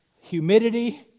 Humidity